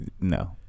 No